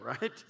right